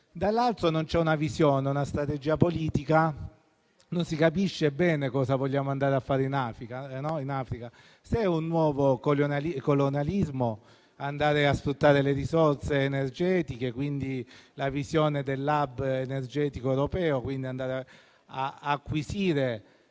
Peraltro, non c'è una visione, una strategia politica, non si capisce bene cosa vogliamo andare a fare in Africa, se pensiamo a un nuovo colonialismo, andando a sfruttare le risorse energetiche, con la visione dell'*hub* energetico europeo, quindi andando ad acquisire